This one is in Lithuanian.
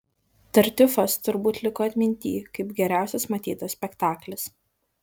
tartiufas turbūt liko atmintyj kaip geriausias matytas spektaklis